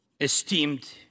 esteemed